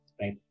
right